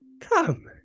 come